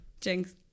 jinx